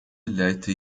leite